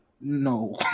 no